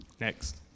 Next